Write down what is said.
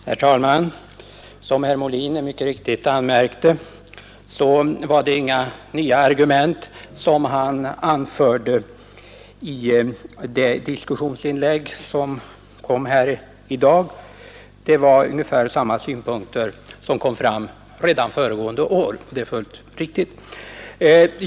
Herr talman! Som herr Molin mycket riktigt anmärkte anförde han inga nya argument i sitt diskussionsinlägg här i dag. Det var ungefär samma synpunkter som kom fram redan föregående år.